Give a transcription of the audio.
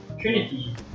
Trinity